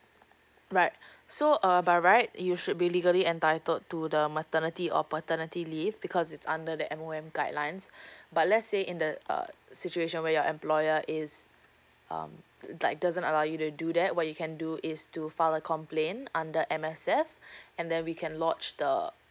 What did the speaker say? right so uh by right you should be legally entitled to the maternity or paternity leave because it's under the M_O_M guidelines but let say in the uh situation where your employer is um like doesn't allow you to do that what you can do is to file a complaint under M_S_F and then we can lodge the